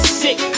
sick